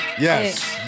Yes